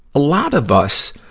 a lot of us